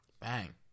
Bang